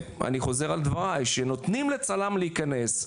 שנותנים לצלם להיכנס,